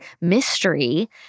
mystery